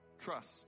trust